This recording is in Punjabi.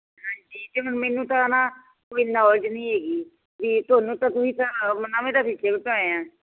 ਹਾਂਜੀ ਅਤੇ ਮੈਨੂੰ ਤਾਂ ਨਾ ਕੋਈ ਨੌਲਜ ਨਹੀਂ ਹੈਗੀ ਵੀ ਤੁਹਾਨੂੰ ਤਾਂ ਤੁਸੀਂ ਤਾਂ ਨਵੇਂ ਆਏ ਹਾਂ